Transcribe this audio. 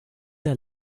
der